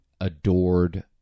adored